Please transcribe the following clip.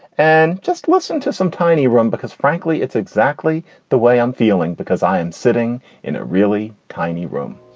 and just listen to some tiny rum because frankly it's exactly the way i'm feeling because i am sitting in a really tiny room